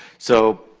so,